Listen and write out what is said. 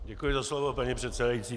Děkuji za slovo, paní předsedající.